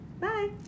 Bye